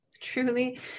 truly